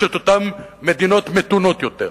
יש אותן מדינות מתונות יותר,